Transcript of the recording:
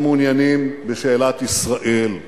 הם מעוניינים בשאלת ישראל.